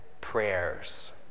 prayers